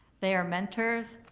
they are mentors,